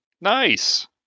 Nice